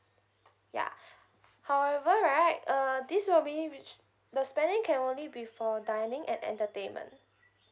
ya however right uh this will be wh~ the spending can only be for dining and entertainment